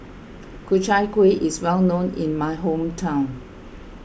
Ku Chai Kuih is well known in my hometown